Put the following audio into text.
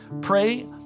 pray